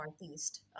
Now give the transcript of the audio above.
northeast